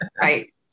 right